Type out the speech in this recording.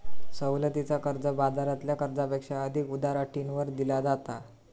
सवलतीचा कर्ज, बाजारातल्या कर्जापेक्षा अधिक उदार अटींवर दिला जाता